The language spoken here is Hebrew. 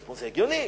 תשמע, זה הגיוני.